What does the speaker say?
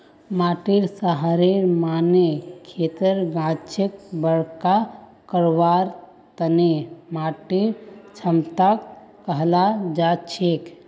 माटीर सहारेर माने खेतर गाछक बरका करवार तने माटीर क्षमताक कहाल जाछेक